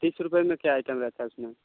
तीस रुपए में क्या आइटम रहता है उसमें